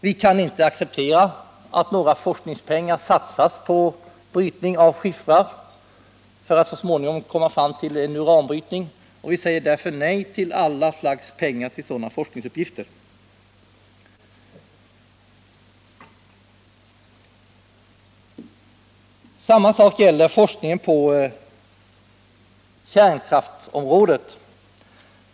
Vi kan inte acceptera att några forskningspengar satsas på brytning av skiffrar, och vi säger därför nej till alla pengar för sådana forskningsuppgifter. Samma sak gäller forskningen på kärnkraftsområdet.